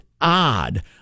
odd